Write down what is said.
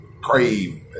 crave